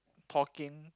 talking